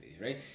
right